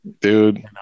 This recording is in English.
Dude